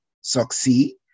succeed